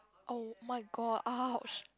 oh-my-god ouch